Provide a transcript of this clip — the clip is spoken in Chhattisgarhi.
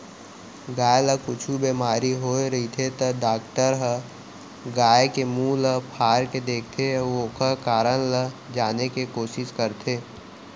गाय ल कुछु बेमारी होय रहिथे त डॉक्टर ह गाय के मुंह ल फार के देखथें अउ ओकर कारन ल जाने के कोसिस करथे